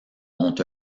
ont